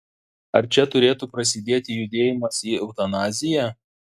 ar čia turėtų prasidėti judėjimas į eutanaziją